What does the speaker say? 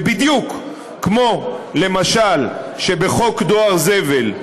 בדיוק כמו שבחוק דואר זבל,